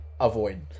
Avoid